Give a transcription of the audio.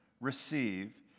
receive